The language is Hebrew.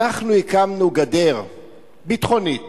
אנחנו הקמנו גדר ביטחונית